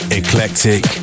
eclectic